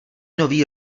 nový